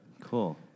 Cool